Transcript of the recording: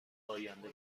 آینده